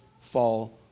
fall